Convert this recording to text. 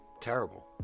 Terrible